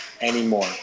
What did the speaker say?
anymore